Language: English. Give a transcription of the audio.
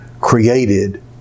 created